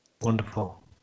Wonderful